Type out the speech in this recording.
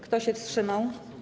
Kto się wstrzymał?